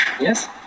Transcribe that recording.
yes